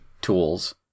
tools